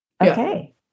Okay